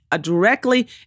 directly